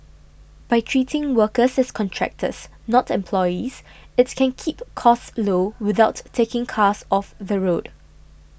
by treating workers as contractors not employees it can keep costs low without taking cars off the road